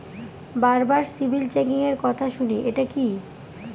বারবার সিবিল চেকিংএর কথা শুনি এটা কি?